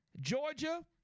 Georgia